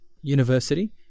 university